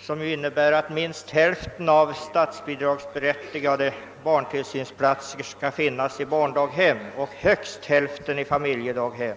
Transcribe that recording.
som ju innebär, att minst hälften av statsbidragsberättigade <barntillsynsplatser skall finnas i barndaghem och högst hälften i familjedaghem.